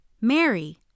Mary